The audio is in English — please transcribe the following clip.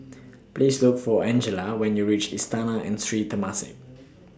Please Look For Angelia when YOU REACH Istana and Sri Temasek